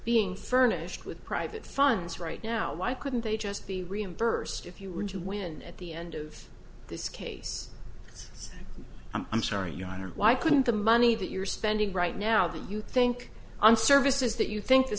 being furnished with private funds right now why couldn't they just be reimbursed if you were to win at the end of this case so i'm sorry your honor why couldn't the money that you're spending right now do you think on services that you think the